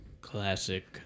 classic